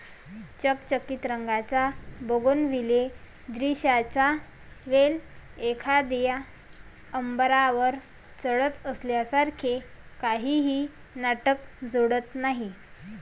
चकचकीत रंगाच्या बोगनविले द्राक्षांचा वेल एखाद्या आर्बरवर चढत असल्यासारखे काहीही नाटक जोडत नाही